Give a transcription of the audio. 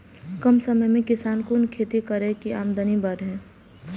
कम समय में किसान कुन खैती करै की आमदनी बढ़े?